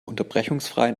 unterbrechungsfreien